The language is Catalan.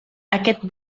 aquest